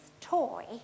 toy